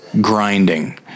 grinding